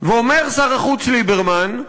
ואומר שר החוץ ליברמן,